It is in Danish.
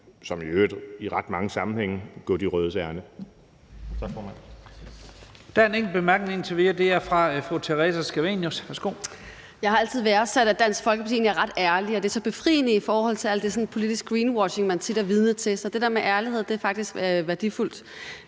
som i øvrigt i ret mange sammenhænge – gå de rødes ærinde.